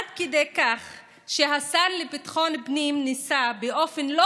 עד כדי כך שהשר לביטחון פנים ניסה באופן לא